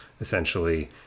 essentially